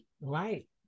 Right